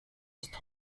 ist